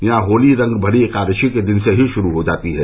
यहां होली रंगभरी एकादशी के दिन से ही शुरू हो जाती है